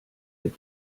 that